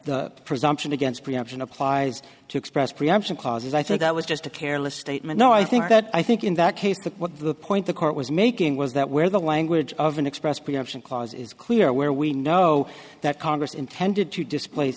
the presumption against preemption applies to express preemption causes i think that was just a careless statement no i think that i think in that case that what the point the court was making was that where the language of an express preemption clause is clear where we know that congress intended to displa